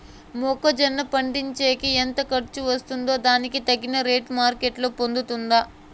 మొక్క జొన్న పండించేకి ఎంత ఖర్చు వస్తుందో దానికి తగిన రేటు మార్కెట్ లో పోతుందా?